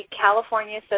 California